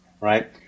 right